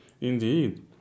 Indeed